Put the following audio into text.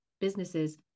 businesses